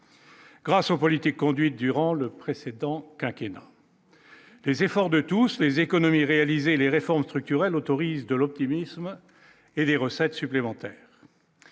Grâce aux politiques conduites durant le précédent quinquennat les efforts de tous les économies réalisées les réformes structurelles autorise de l'optimisme et des recettes supplémentaires.